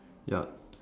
yup